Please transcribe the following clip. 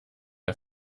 der